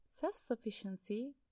self-sufficiency